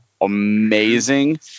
Amazing